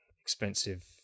expensive